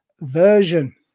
Version